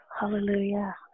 Hallelujah